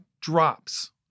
drops